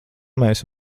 mēs